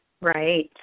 Right